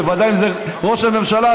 בוודאי אם זה ראש הממשלה,